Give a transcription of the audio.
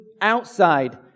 outside